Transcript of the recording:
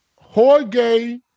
Jorge